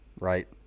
right